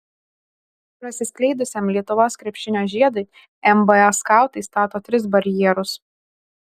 prasiskleidusiam lietuvos krepšinio žiedui nba skautai stato tris barjerus